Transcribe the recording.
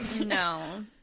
No